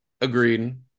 agreed